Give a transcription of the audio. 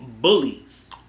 bullies